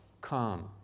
come